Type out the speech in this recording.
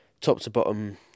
top-to-bottom